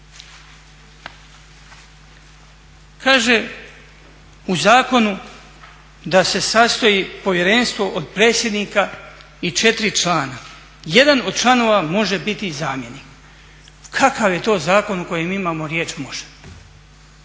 Kaže u zakonu da se sastoji povjerenstvo od predsjednika i 4 člana. Jedan od članova može biti zamjenik. Kakav je to zakon u kojem imamo riječ može?